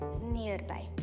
nearby